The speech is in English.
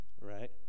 Right